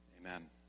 Amen